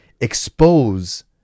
expose